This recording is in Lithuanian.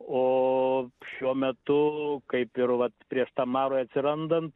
o šiuo metu kaip ir vat prieš tam marui atsirandant